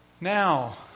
now